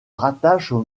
rattachent